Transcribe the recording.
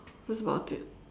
that's about it